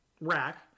rack